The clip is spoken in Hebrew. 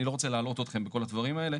אני לא רוצה להלאות אתכם בכל הדברים האלה,